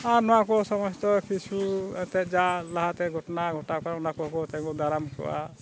ᱟᱨ ᱱᱚᱣᱟ ᱠᱚ ᱥᱚᱢᱚᱥᱛᱚ ᱠᱤᱪᱷᱩ ᱮᱱᱛᱮᱫ ᱡᱟ ᱞᱟᱦᱟᱛᱮ ᱜᱷᱚᱴᱚᱱᱟ ᱜᱷᱚᱴᱟᱣ ᱠᱟᱱᱟ ᱚᱱᱟ ᱠᱚᱸᱜᱚ ᱠᱚ ᱛᱤᱜᱩ ᱫᱟᱨᱟᱢ ᱠᱚᱜᱼᱟ